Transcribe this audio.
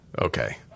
Okay